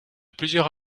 plusieurs